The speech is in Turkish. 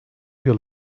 yıl